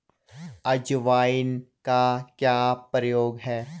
अजवाइन का क्या प्रयोग है?